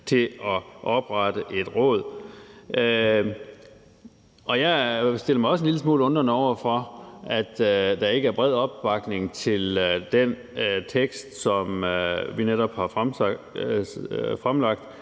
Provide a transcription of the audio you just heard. til at oprette et råd. Jeg stiller mig også en lille smule undrende over for, at der ikke er bred opbakning til den tekst, som vi netop har fremlagt,